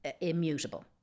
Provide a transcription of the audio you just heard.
immutable